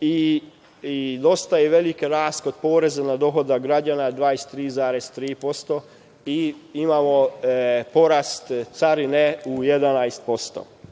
i dosta je veliki rashod poreza na dohodak građana 23,3% i imamo porast carine u 11%.Kao